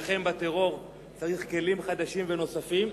להילחם בטרור צריך כלים חדשים ונוספים,